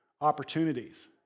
opportunities